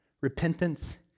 repentance